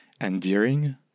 endearing